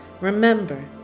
Remember